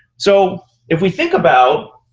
so if we think about